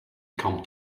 come